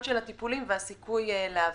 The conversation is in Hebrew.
של הטיפול שכרוך בזה והסיכוי להבריא.